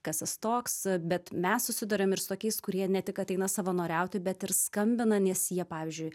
kas jis toks bet mes susiduriam ir su tokiais kurie ne tik kad eina savanoriauti bet ir skambina nes jie pavyzdžiui